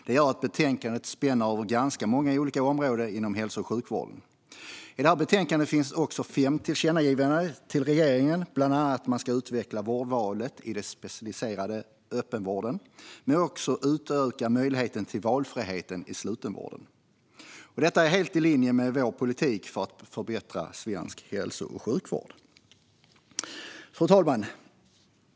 Det gör att betänkandet spänner över ganska många olika områden inom hälso och sjukvården. I detta betänkande finns också fem tillkännagivanden till regeringen, bland annat om att man ska utveckla vårdvalet i den specialiserade öppenvården men också om att man ska utöka möjligheten till valfrihet i slutenvården. Detta är helt i linje med vår politik för att förbättra svensk hälso och sjukvård. Fru talman!